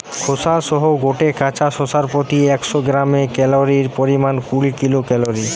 খোসা সহ গটে কাঁচা শশার প্রতি একশ গ্রামে ক্যালরীর পরিমাণ কুড়ি কিলো ক্যালরী